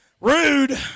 rude